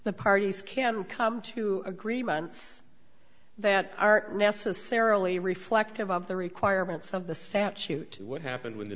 the parties can come to agreements that are necessarily reflective of the requirements of the statute or what happened when the